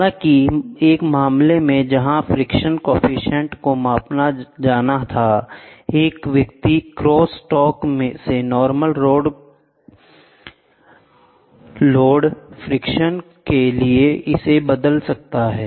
हालांकि एक मामले में जहां फ्रिक्शन कॉएफिशिएंट को मापा जाना था एक व्यक्ति क्रॉस टॉक से नॉर्मल लोड करो फ्रिक्शन के लिए बदल सकता है